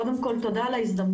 קודם כל, תודה על ההזדמנות.